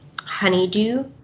honeydew